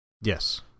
Yes